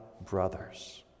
brothers